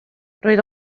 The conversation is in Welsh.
roedd